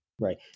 Right